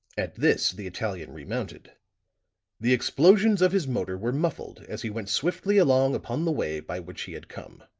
at this the italian remounted the explosions of his motor were muffled as he went swiftly along upon the way by which he had come.